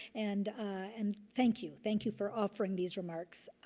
and ah and thank you. thank you for offering these remarks.